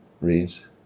reads